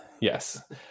Yes